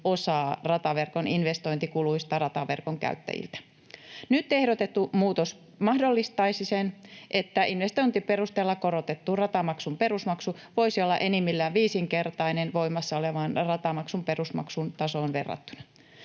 osaa rataverkon investointikuluista rataverkon käyttäjiltä. Nyt ehdotettu muutos mahdollistaisi sen, että investointiperusteella korotetun ratamaksun perusmaksu voisi olla enimmillään viisinkertainen voimassa olevan ratamaksun perusmaksun tasoon verrattuna.